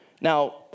now